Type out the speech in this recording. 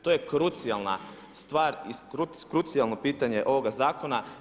To je krucijalna stvar i krucijalno pitanje ovoga zakona.